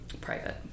Private